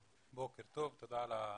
בוקר טוב, תודה על ההזדמנות.